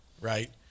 right